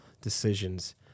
decisions